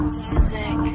music